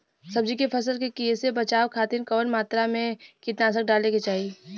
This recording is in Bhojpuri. सब्जी के फसल के कियेसे बचाव खातिन कवन मात्रा में कीटनाशक डाले के चाही?